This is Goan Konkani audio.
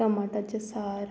टमाटाचें सार